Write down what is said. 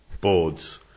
boards